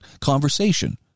conversation